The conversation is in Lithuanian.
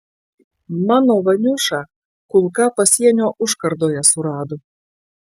mano vaniušą kulka pasienio užkardoje surado